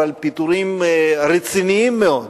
אבל פיטורים רציניים מאוד,